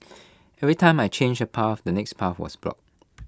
every time I changed A path the next path was block